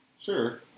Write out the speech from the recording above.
Sure